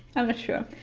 i'm not sure.